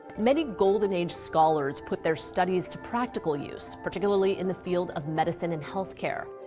many golden age scholars put their studies to practical use, particularly in the field of medicine and healthcare.